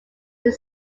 did